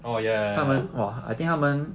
orh ya ya ya ya ya